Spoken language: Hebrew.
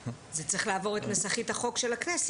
זה צריך לעבור את נסחית החוק של הכנסת.